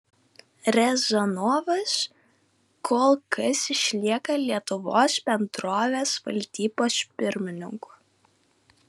riazanovas kol kas išlieka lietuvos bendrovės valdybos pirmininku